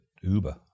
Uber